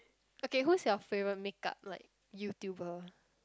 okay who's your favourite makeup like YouTuber